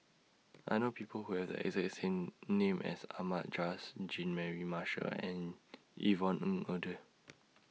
I know People Who Have The exact same name as Ahmad Jais Jean Mary Marshall and Yvonne Ng Uhde